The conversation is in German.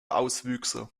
auswüchse